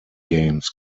games